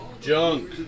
Junk